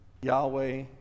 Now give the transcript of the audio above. Yahweh